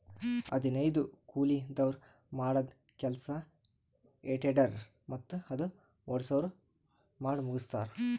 ಹದನೈದು ಕೂಲಿದವ್ರ್ ಮಾಡದ್ದ್ ಕೆಲ್ಸಾ ಹೆ ಟೆಡ್ಡರ್ ಮತ್ತ್ ಅದು ಓಡ್ಸವ್ರು ಮಾಡಮುಗಸ್ತಾರ್